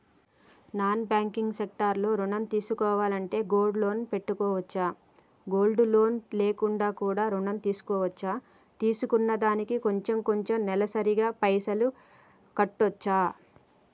Non banking sector లో ఋణం తీసుకోవాలంటే గోల్డ్ లోన్ పెట్టుకోవచ్చా? గోల్డ్ లోన్ లేకుండా కూడా ఋణం తీసుకోవచ్చా? తీసుకున్న దానికి కొంచెం కొంచెం నెలసరి గా పైసలు కట్టొచ్చా?